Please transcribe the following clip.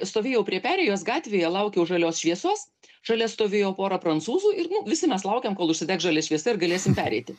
stovėjau prie perėjos gatvėje laukiau žalios šviesos šalia stovėjo pora prancūzų ir nu visi mes laukiam kol užsidegs žalia šviesa ir galėsim pereiti